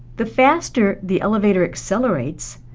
the faster the elevator accelerates,